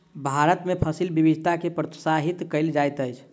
भारत में फसिल विविधता के प्रोत्साहित कयल जाइत अछि